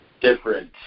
different